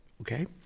Okay